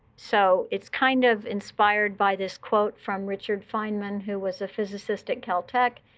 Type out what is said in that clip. so it's kind of inspired by this quote from richard feynman, who was a physicist at caltech,